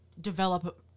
develop